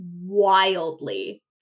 Wildly